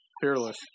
Fearless